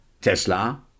Tesla